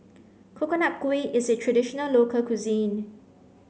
coconut kuih is a traditional local cuisine